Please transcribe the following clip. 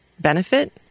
benefit